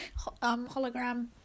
hologram